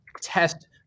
test